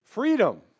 Freedom